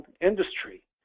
industry